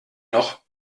noch